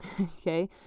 Okay